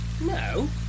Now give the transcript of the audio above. no